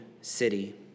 city